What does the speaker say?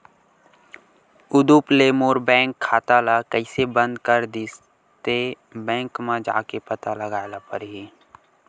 उदुप ले मोर बैंक खाता ल कइसे बंद कर दिस ते, बैंक म जाके पता लगाए ल परही